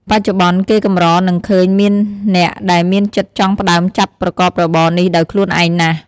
បច្ចុប្បន្ន គេកម្រនឹងឃើញមានអ្នកដែលមានចិត្តចង់ផ្ដើមចាប់ប្រកបរបរនេះដោយខ្លួនឯងណាស់។